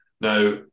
Now